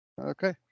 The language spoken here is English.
Okay